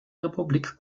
republik